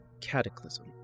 cataclysm